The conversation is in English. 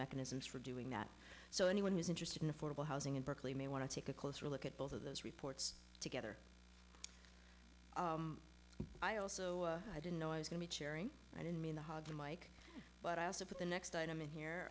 mechanisms for doing that so anyone who's interested in affordable housing in berkeley may want to take a closer look at both of those reports together i also didn't know i was going to charing i don't mean the hog mike but i also put the next item in here